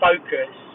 focus